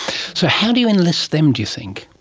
so how do you enlist them, do you think?